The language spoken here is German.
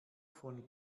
von